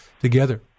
together